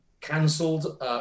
cancelled